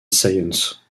science